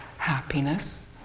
happiness